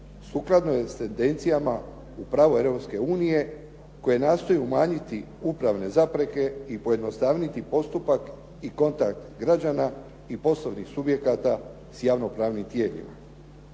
sukladno je s tendencijama u pravilu Europske unije koje nastoji umanjiti upravne zapreke i pojednostavniti postupak i kontakt građana i poslovnih subjekata s javno-pravnim tijelima.